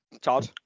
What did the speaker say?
Todd